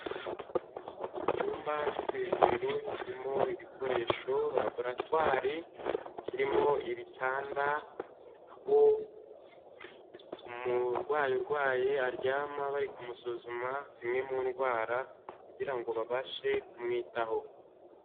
Icyumba cyo ku ivuriro kirimo ibikoresho raboratwari kirimo ibitanda, aho umurwayi urwaye aryama bari kumusuzuma zimwe mu ndwara kugira ngo babashe kumwitaho.